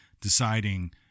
deciding